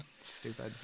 Stupid